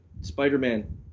Spider-Man